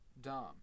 dom